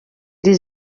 iri